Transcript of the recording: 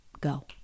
Go